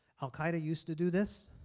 al qaeda used to do this